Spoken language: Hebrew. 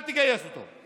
אל תגייס אותו,